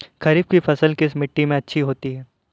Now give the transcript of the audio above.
खरीफ की फसल किस मिट्टी में अच्छी होती है?